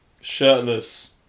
shirtless